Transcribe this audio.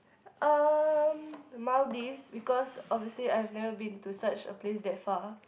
uh the Maldives because obviously I've never been to such a place that far